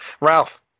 Ralph